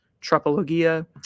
tropologia